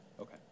Okay